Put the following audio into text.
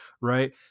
right